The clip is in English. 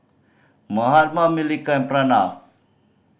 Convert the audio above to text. Mahatma Milkha and Pranav